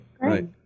Right